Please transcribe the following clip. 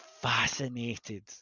fascinated